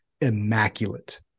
immaculate